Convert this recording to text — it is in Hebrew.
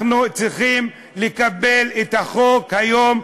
אנחנו צריכים לקבל את החוק היום,